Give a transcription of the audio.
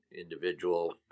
individual